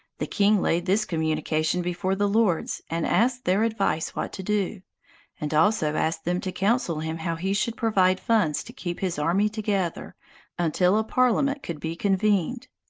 the king laid this communication before the lords, and asked their advice what to do and also asked them to counsel him how he should provide funds to keep his army together until a parliament could be convened.